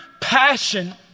passion